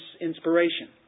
inspiration